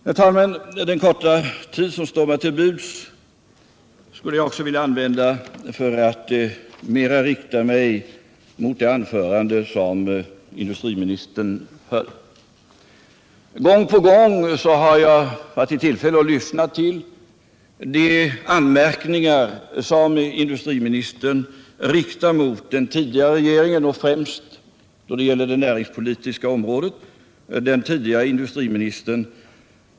Herr talman! Den korta tid som står mig till buds skulle jag också vilja använda för att mer rikta mig mot det anförande som industriministern höll. Gång på gång har jag varit i tillfälle att lyssna till de anmärkningar som industriministern riktar mot den tidigare regeringen och främst — när det gäller det näringspolitiska området — den tidigare industriministern.